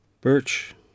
Birch